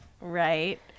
Right